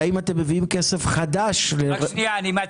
והאם אתם מביאים כסף חדש לרכש